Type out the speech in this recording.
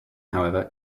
however